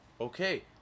Okay